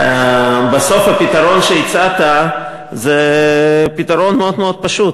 הפתרון שהצעת זה פתרון מאוד מאוד פשוט.